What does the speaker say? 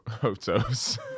photos